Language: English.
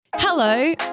Hello